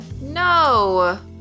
No